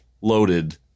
loaded